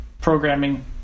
programming